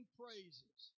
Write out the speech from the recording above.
praises